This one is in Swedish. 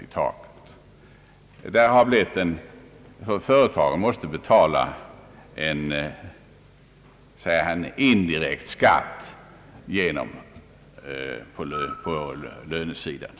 På det sättet måste företagen på lönesidan betala en vad man väl skulle kunna kalla indirekt skatt.